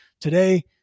Today